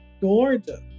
Gorgeous